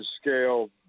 scale